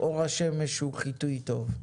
אור השמש הוא חיטוי טוב.